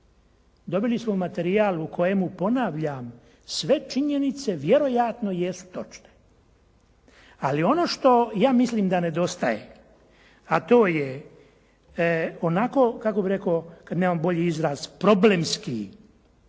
Dobili smo materijal u kojemu, ponavljam, sve činjenice vjerojatno jesu točne. Ali ono što ja mislim da nedostaje, a to je onako kako bih rekao kad nemam bolji izraz, problemski,